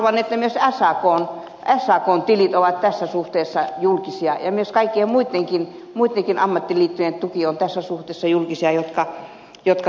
no minä haluan että myös sakn tilit ovat tässä suhteessa julkisia ja myös kaikkien muittenkin ammattiliittojen tuki on tässä suhteessa julkisia jotka tuet